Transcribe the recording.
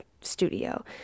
studio